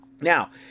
Now